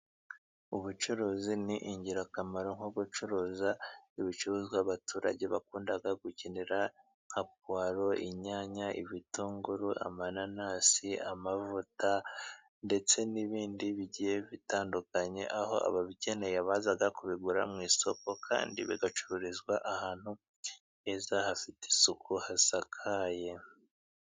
Ubucuruzi ni ingirakamaro, nko gucuruza ibicuruzwa abaturage bakunda gukenera, nka puwaro, inyanya, ibitunguru, amananasi, amavuta ndetse n'ibindi bigiye bitandukanye, aho ababikeneye baza kubigura mu isoko kandi bicururizwa ahantu heza hafite isuku hasakaye.